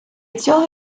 цього